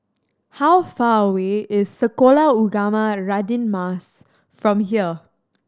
how far away is Sekolah Ugama Radin Mas from here